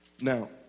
Now